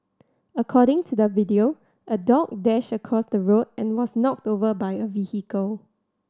according to the video a dog dashed across the road and was knocked over by a vehicle